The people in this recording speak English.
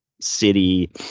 city